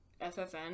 FFN